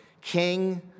king